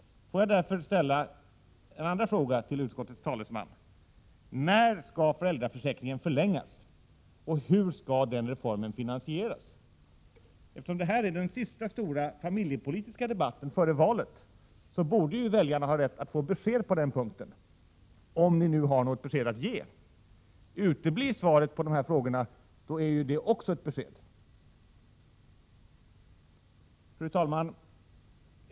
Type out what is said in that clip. Får jag därför ställa ytterligare ett par frågor till utskottets talesman: När skall föräldraförsäkringen förlängas? Hur skall denna reform finansieras? Eftersom dagens debatt är den sista stora familjepolitiska debatten före valet, borde väljarna ha rätt att få besked på denna punkt — om ni nu har något besked att ge. Uteblir svaren på dessa frågor, är ju också det ett besked. Fru talman!